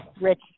Rich